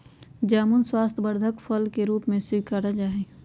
जामुन स्वास्थ्यवर्धक फल के रूप में स्वीकारा जाहई